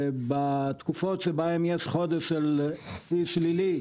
בתקופות שבהן יש חודש של שיא שלילי,